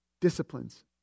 disciplines